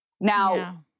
Now